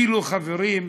חברים,